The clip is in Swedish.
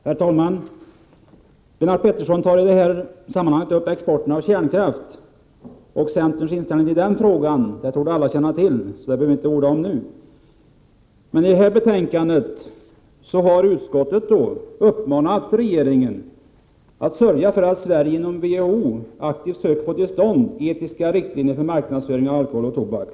Herr talman! Lennart Pettersson tar i det här sammanhanget upp frågan om export av kärnkraft. Centerns inställning i denna fråga torde alla känna till, så det behöver vi inte orda om nu. Utskottet har i detta betänkande uppmanat regeringen att sörja för att Sverige inom WHO aktivt försöker få till stånd etiska riktlinjer för marknadsföring av alkohol och tobak.